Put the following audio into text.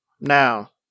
now